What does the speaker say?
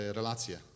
relacje